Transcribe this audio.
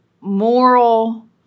moral